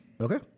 Okay